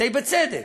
די בצדק,